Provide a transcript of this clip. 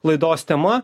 laidos tema